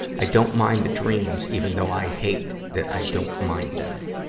i don't mind the dreams, even though i hate that i don't mind them.